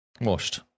washed